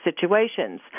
situations